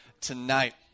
tonight